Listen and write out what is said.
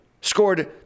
scored